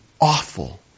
awful